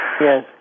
Yes